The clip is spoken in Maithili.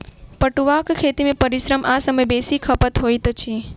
पटुआक खेती मे परिश्रम आ समय बेसी खपत होइत छै